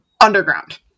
underground